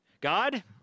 God